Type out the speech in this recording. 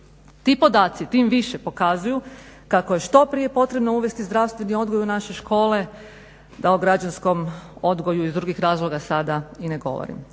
Ti podatci tim više pokazuju kako je što prije potrebno uvesti zdravstveni odgoj u naše škole da o građanskom odgoju iz drugih razloga sada i ne govorim.